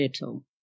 little